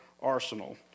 arsenal